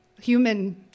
Human